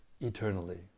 eternally